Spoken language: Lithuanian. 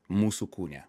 mūsų kūne